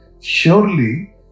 Surely